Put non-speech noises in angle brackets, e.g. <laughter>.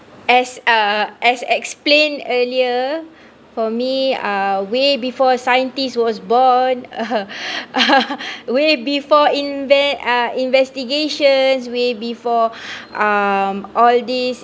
as uh as explained earlier for me uh way before scientists was born <laughs> way before invest~ uh investigations way before <breath> um all these